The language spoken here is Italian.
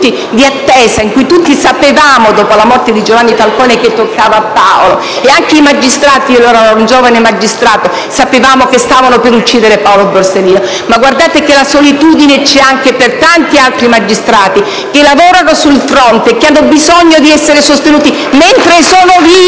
di attesa in cui tutti sapevamo, dopo la morte di Giovanni Falcone, che toccava a Paolo, anche noi magistrati - all'epoca io ero un giovane magistrato - sapevamo che stavano per uccidere Paolo Borsellino. Guardate che la solitudine c'è anche per tanti altri magistrati, che lavorano sul fronte e hanno bisogno di essere sostenuti mentre sono vivi